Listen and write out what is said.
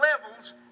levels